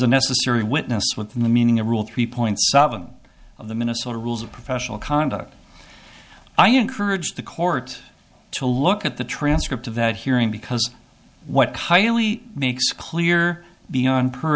a necessary witness within the meaning of rule three point seven of the minnesota rules of professional conduct i encourage the court to look at the transcript of that hearing because what highly makes clear beyond per